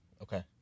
Okay